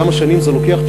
כמה שנים זה לוקח,